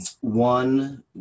One